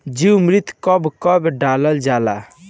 जीवामृत कब कब डालल जाला?